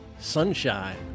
sunshine